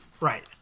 Right